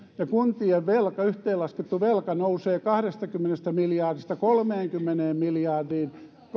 ja kuntien yhteenlaskettu velka nousee kahdestakymmenestä miljardista kolmeenkymmeneen miljardiin